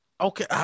okay